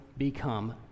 become